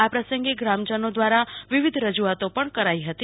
આ પ્રસંગે ગ્રામજનો દ્વારા વિવિધ રજુઆતો પણ કરાઈ હતી